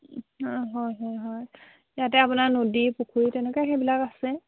অঁ হয় হয় হয় ইয়াতে আপোনাৰ নদী পুখুৰী তেনেকুৱা সেইবিলাক আছে